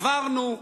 עברנו,